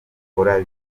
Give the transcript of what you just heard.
akora